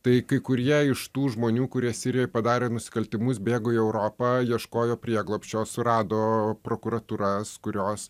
tai kai kurie iš tų žmonių kurie sirijoj padarė nusikaltimus bėgo į europą ieškojo prieglobsčio surado prokuratūras kurios